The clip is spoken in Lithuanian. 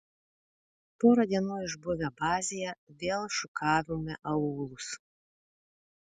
porą dienų išbuvę bazėje vėl šukavome aūlus